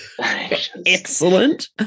excellent